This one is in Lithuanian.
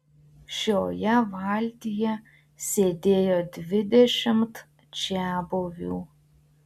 šioje valtyje sėdėjo dvidešimt čiabuvių